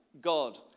God